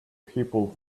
people